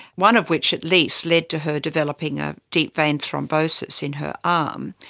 one of which at least led to her developing a deep vein thrombosis in her um